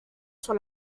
sur